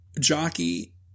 jockey